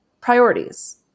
priorities